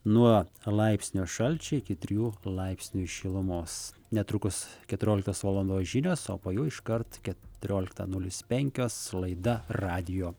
nuo laipsnio šalčio iki trijų laipsnių šilumos netrukus keturioliktos valandos žinios o po jo iškart keturioliktą nulis penkios laida radijo